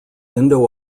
indo